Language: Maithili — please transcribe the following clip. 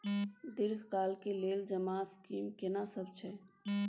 दीर्घ काल के लेल जमा स्कीम केना सब छै?